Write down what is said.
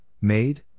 made